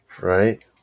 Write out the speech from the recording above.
Right